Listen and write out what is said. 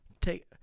take